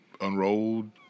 unrolled